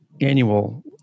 annual